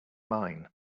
mine